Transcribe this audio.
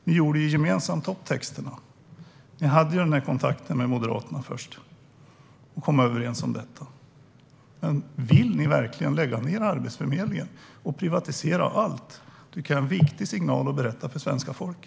Ni gjorde upp om texterna gemensamt, och ni hade kontakten med Moderaterna och kom överens om det. Men vill ni verkligen lägga ned Arbetsförmedlingen och privatisera allt? Det är en viktig signal att berätta om för svenska folket.